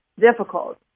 difficult